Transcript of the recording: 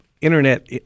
internet